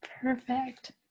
Perfect